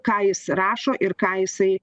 ką jis rašo ir ką jisai